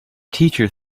teacher